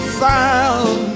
found